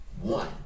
one